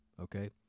okay